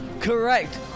Correct